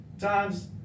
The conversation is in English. times